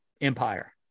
Empire